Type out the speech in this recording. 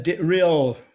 real